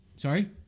Sorry